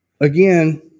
again